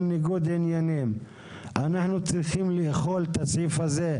ניגוד עניינים אנחנו צריכים "לאכול" את הסעיף הזה,